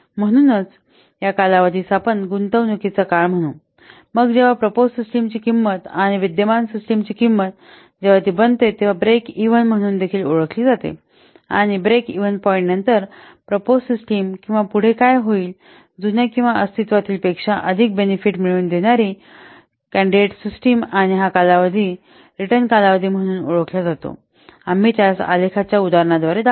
म्हणूनच या कालावधीस आपण गुंतवणूकीचा काळ म्हणू मग जेव्हा प्रपोज सिस्टमची किंमत आणि विद्यमान सिस्टमची किंमत जेव्हा ती बनते तेव्हा ब्रेक इव्हन म्हणून देखील ओळखली जाते आणि ब्रेक इव्हन पॉईंट नंतर प्रपोज सिस्टम किंवा पुढे काय होईल जुन्या किंवा अस्तित्वातीलपेक्षा अधिक बेनेफिट मिळवून देणारीउ मेदवाराची सिस्टम आणि हा कालावधी रिटर्न कालावधी म्हणून ओळखला जातो आम्ही त्यास आलेखाच्या उदाहरणाद्वारे दाखवू